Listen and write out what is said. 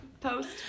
post